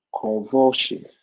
Convulsion